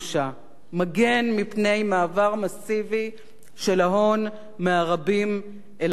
מגן מפני מעבר מסיבי של ההון מהרבים אל המעטים.